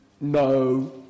No